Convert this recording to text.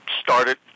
started